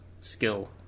skill